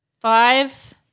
Five